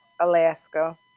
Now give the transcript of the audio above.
Alaska